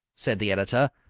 said the editor,